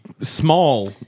small